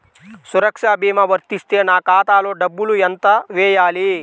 సురక్ష భీమా వర్తిస్తే నా ఖాతాలో డబ్బులు ఎంత వేయాలి?